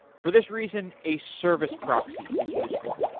for this reason, a service proxy is useful.